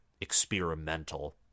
experimental